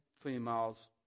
female's